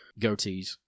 goatees